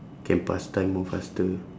can pass time more faster